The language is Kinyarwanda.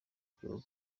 ry’igihugu